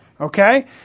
Okay